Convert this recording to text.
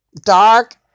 Dark